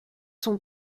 son